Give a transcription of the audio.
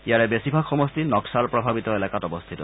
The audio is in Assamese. ইয়াৰে বেচিভাগ সমষ্টি নক্সাল প্ৰভাৱিত এলেকাত অৱস্থিত